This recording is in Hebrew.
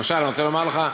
למשל, אני רוצה לומר לך: